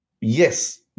yes